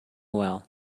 well